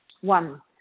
One